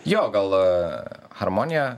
jo galą harmoniją